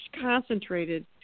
concentrated